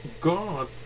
God